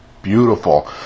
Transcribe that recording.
Beautiful